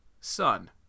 Sun